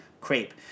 crepe